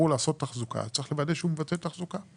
לעשות תחזוקה צריך לוודא שהוא מבצע תחזוקה.